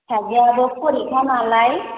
फिसाजोयाबो फरिखा नालाय